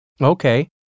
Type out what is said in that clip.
Okay